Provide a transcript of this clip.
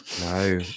No